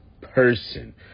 person